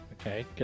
Okay